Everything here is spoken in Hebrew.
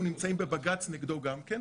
אנחנו נמצאים בבג"צ נגדו גם כן,